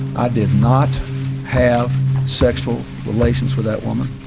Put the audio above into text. i did not have sexual relations with that woman,